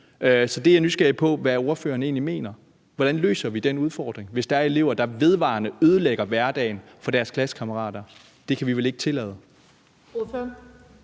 så det er nysgerrig på hvad ordføreren egentlig mener om. Hvordan løser vi den udfordring, hvis der er elever, der vedvarende ødelægger hverdagen for deres klassekammerater? Det kan vi vel ikke tillade. Kl.